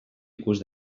ikus